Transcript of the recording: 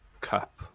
Cup